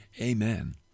Amen